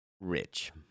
rich